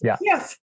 yes